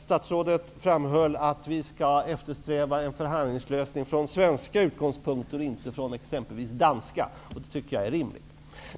Statsrådet framhöll att vi skall eftersträva en förhandlingslösning från svenska utgångspunkter och inte från exempelvis danska. Det tycker jag är rimligt.